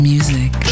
Music